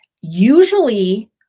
Usually